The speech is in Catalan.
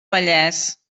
vallès